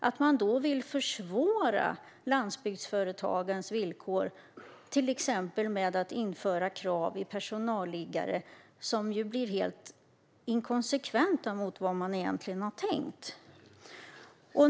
Man vill alltså nu försvåra landsbygdsföretagens villkor, till exempel genom att införa krav på personalliggare som blir helt inkonsekventa i förhållande till vad man egentligen har tänkt.